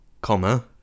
comma